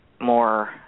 more